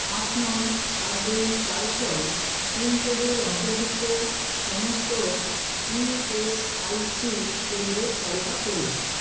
পাঁচ নয় সাত দুই চার ছয় পিনকোডের অন্তর্ভুক্ত সমস্ত ইএসআইসি কেন্দ্রের তালিকা করুন